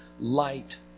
light